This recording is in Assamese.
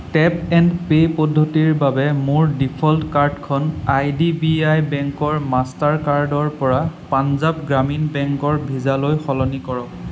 টেপ এণ্ড পে' পদ্ধতিৰ বাবে মোৰ ডিফ'ল্ট কাৰ্ডখন আইডিবিআই বেংকৰ মাষ্টাৰ কাৰ্ডৰ পৰা পাঞ্জাৱ গ্ৰামীণ বেংকৰ ভিজালৈ সলনি কৰক